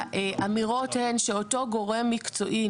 האמירות הן שאותו גורם מקצועי,